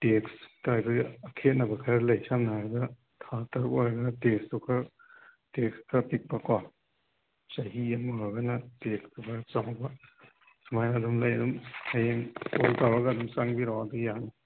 text ꯑꯩꯈꯣꯏ ꯈꯦꯠꯅꯕ ꯈꯔ ꯂꯩ ꯁꯝꯅ ꯍꯥꯏꯔꯕꯗ ꯊꯥ ꯇꯔꯨꯛ ꯑꯣꯏꯔꯒꯅ ꯇꯦꯛꯁꯇꯣ ꯈꯔ ꯇꯦꯛꯁ ꯈꯔ ꯄꯤꯛꯄ ꯀꯣ ꯆꯍꯤ ꯑꯃ ꯑꯣꯏꯔꯒꯅ ꯇꯦꯛꯁ ꯈꯔ ꯆꯥꯎꯕ ꯁꯨꯃꯥꯏ ꯑꯗꯨꯝ ꯂꯩ ꯑꯗꯨꯝ ꯍꯌꯦꯡ ꯀꯣꯜ ꯇꯧꯔꯒ ꯑꯗꯨꯝ ꯆꯪꯕꯤꯔꯀꯣ ꯑꯗꯨꯒ ꯌꯥꯅꯤ